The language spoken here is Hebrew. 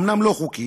אומנם לא חוקי,